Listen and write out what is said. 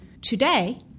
Today –